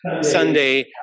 Sunday